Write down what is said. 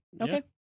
Okay